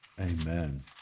Amen